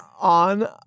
On